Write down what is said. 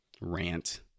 rant